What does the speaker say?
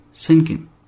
Sinking